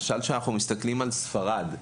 כשאנחנו מסתכלים על ספרד,